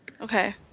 Okay